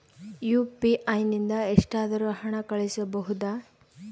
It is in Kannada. ಯು.ಪಿ.ಐ ನಿಂದ ಎಷ್ಟಾದರೂ ಹಣ ಕಳಿಸಬಹುದಾ?